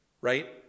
right